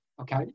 Okay